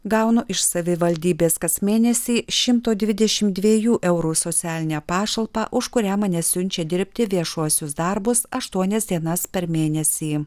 gaunu iš savivaldybės kas mėnesį šimto dvidešimt dviejų eurų socialinę pašalpą už kurią mane siunčia dirbti viešuosius darbus aštuonias dienas per mėnesį